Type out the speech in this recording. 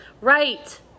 right